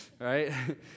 Right